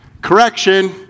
Correction